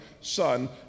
son